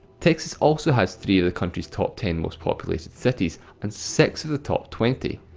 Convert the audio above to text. texas also has three of the country's top ten most populated cities, and six of the top twenty.